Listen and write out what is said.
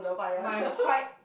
my white